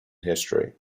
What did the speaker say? history